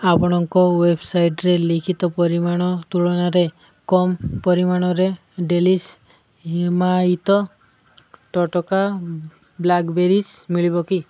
ଆପଣଙ୍କ ୱେବ୍ସାଇଟ୍ରେ ଲିଖିତ ପରିମାଣ ତୁଳନାରେ କମ୍ ପରିମାଣରେ ଡେଲିଶ୍ ହିମାୟିତ ତଟକା ବ୍ଲାକ୍ବେରିଜ୍ ମିଳିବ କି